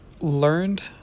learned